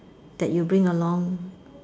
that you bring along